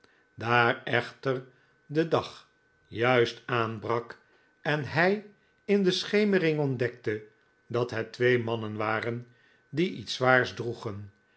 daar echter de dag juist aanbrak en hij in de schemering ontdekte dat het twee mannen waren die iets zwaars droegen